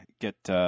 get –